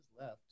left